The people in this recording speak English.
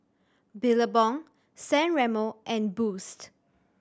Billabong San Remo and Boost